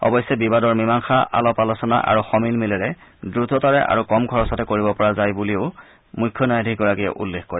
অৱশ্যে বিবাদৰ মীমাংশা আলাপ আলোচনা আৰু সমিল মিলেৰে দ্ৰততাৰে আৰু কম খৰচতে কৰিব পৰা যায় বুলিও মুখ্য ন্যায়াধীশগৰাকীয়ে উল্লেখ কৰে